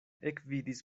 ekvidis